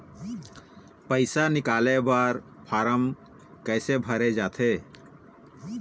पैसा निकाले बर फार्म कैसे भरे जाथे?